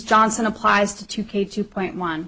johnson applies to two k two point one